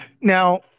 now